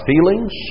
feelings